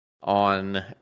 on